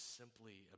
simply